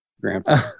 Grandpa